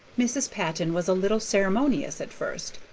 mrs. patton was a little ceremonious at first,